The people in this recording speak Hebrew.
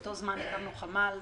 באותו זמן הקמנו חמ"ל,